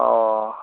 ꯑꯣ